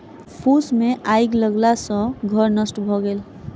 फूस मे आइग लगला सॅ घर नष्ट भ गेल